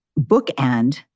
bookend